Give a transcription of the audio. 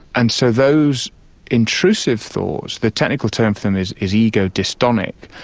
and so those intrusive thoughts, the technical term for them is is ego-dystonic,